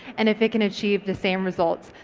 and if they can achieve the same results,